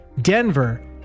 Denver